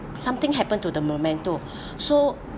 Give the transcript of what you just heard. something happened to the momento so